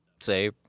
say